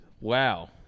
Wow